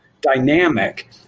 dynamic